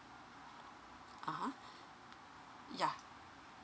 (uh huh) yeah